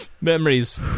Memories